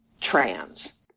trans